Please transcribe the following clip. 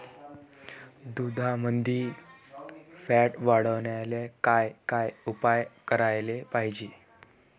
दुधामंदील फॅट वाढवायले काय काय उपाय करायले पाहिजे?